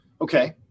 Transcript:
Okay